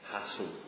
Hassle